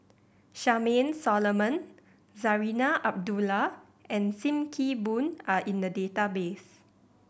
Charmaine Solomon Zarinah Abdullah and Sim Kee Boon are in the database